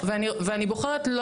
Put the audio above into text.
אם אני עושה עכשיו ניתוח בהחזר, בסדר?